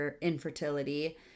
infertility